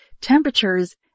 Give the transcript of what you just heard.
temperatures